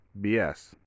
BS